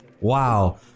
Wow